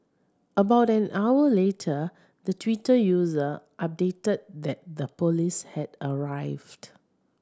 about an hour later the Twitter user updated that the police had arrived